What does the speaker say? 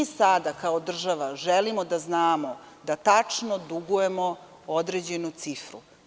Sada kao država želimo da znamo koliko tačno dugujemo određenu cifru.